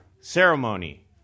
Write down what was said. ceremony